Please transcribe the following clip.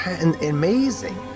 amazing